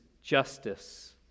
justice